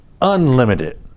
unlimited